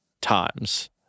times